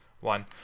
one